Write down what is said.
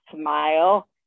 smile